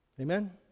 Amen